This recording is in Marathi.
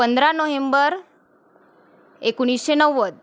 पंधरा नोहेंबर एकोणीसशे नव्वद